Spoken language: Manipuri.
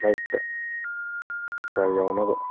ꯂꯥꯏꯔꯤꯛꯇ ꯃꯊꯋꯥꯏ ꯌꯥꯎꯅꯕ